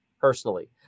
personally